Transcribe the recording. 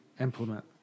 implement